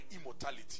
immortality